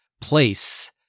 place